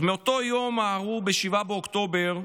אז מאותו יום ארור, 7 באוקטובר,